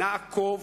נעקוב,